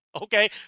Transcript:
Okay